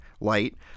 light